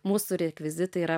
mūsų rekvizitai yra